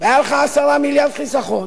והיה לך 10 מיליארד חיסכון,